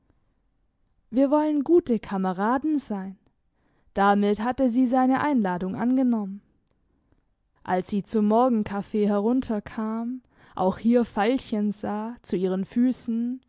wir wollen gute kameraden sein damit hatte sie seine einladung angenommen als sie zum morgenkaffee herunterkam auch hier veilchen sah zu ihren füssen